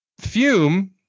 fume